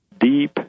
deep